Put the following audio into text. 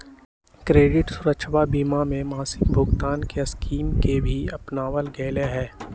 credit सुरक्षवा बीमा में मासिक भुगतान के स्कीम के भी अपनावल गैले है